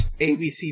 ABC